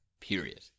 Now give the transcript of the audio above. period